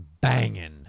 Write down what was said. banging